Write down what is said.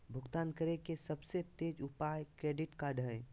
भुगतान करे के सबसे तेज उपाय क्रेडिट कार्ड हइ